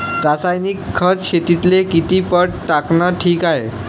रासायनिक खत शेतीले किती पट टाकनं ठीक हाये?